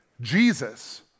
Jesus